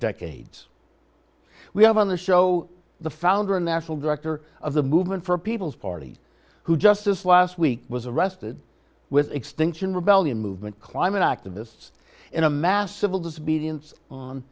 decades we have on the show the founder and national director of the movement for a people's party who just this last week was arrested with extinction rebellion movement climate activists in a mass civil disobedience on